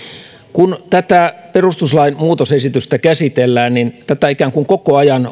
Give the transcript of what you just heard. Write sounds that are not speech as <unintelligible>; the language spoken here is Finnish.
kun tätä perustuslain muutosesitystä käsitellään niin tätä on tietysti koko ajan <unintelligible>